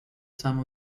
some